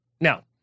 Now